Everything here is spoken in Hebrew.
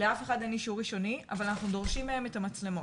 שלאף אחד אין אישור ראשוני אבל אנחנו דורשים מהם את המצלמות.